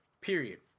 Period